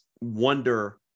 wonder